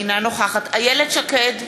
אינה נוכחת איילת שקד,